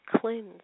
cleanse